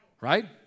Right